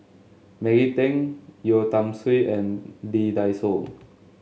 Maggie Teng Yeo Tiam Siew and Lee Dai Soh